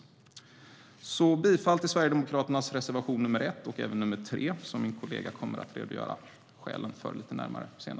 Jag yrkar alltså bifall till Sverigedemokraternas reservation 1 och även till reservation 3, som min kollega senare kommer att närmare redogöra för skälen till.